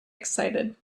excited